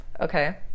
Okay